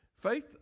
Faith